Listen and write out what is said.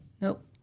Nope